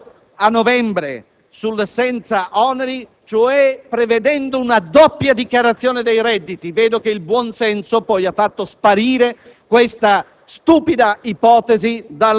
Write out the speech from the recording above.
di conguaglio a novembre senza oneri, cioè prevedendo una doppia dichiarazione dei redditi. Vedo che il buonsenso ha poi fatto sparire questa stupida